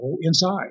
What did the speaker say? inside